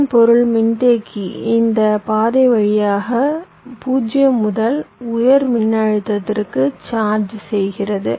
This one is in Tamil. இதன் பொருள் மின்தேக்கி இந்த பாதை வழியாக 0 முதல் உயர் மின்னழுத்தத்திற்கு சார்ஜ் செய்கிறது